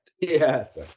yes